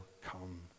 come